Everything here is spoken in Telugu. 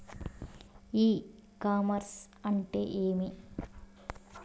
ఇ కామర్స్ అంటే ఏమి?